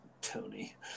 Tony